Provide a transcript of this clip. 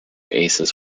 aces